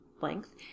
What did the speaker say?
length